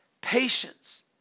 patience